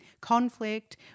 conflict